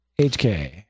HK